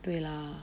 对 lah